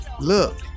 look